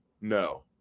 No